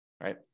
right